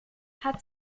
hat